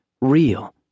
real